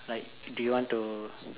like do you want to